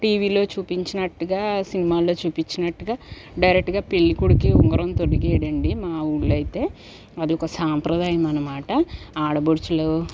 టీవీలో చూపించినట్టుగా సినిమాల్లో చూపిచ్చినట్టుగా డైరెక్ట్గా పెళ్ళికొడుకే ఉంగరం తొడిగేయడండి మా ఊర్లో అయితే అదొక సాంప్రదాయమనమాట ఆడపడుచులు